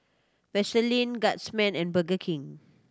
Vaseline Guardsman and Burger King